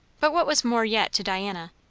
but what was more yet to diana,